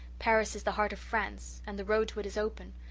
paris is the heart of france and the road to it is open.